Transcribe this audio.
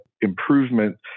improvement